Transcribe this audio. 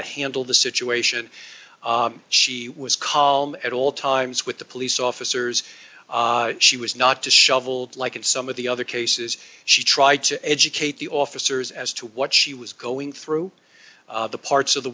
to handle the situation she was calm at all times with the police officers she was not to shovelled like in some of the other cases she tried to educate the officers as to what she was going through the parts of the